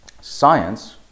Science